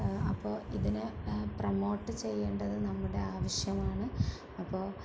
അപ്പോള് ഇതിനെ പ്രമോട്ട് ചെയ്യേണ്ടത് നമ്മുടെ ആവശ്യമാണ് അപ്പോള്